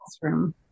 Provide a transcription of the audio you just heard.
classroom